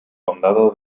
condado